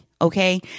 Okay